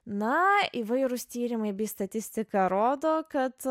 na įvairūs tyrimai bei statistika rodo kad